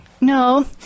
No